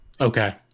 Okay